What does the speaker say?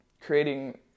creating